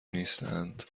نیستند